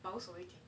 保守一点